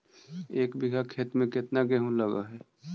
एक बिघा खेत में केतना गेहूं लग है?